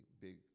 big